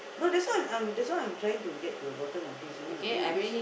not that's why I'm I'm that's why I'm trying to get to the bottom of this you know it is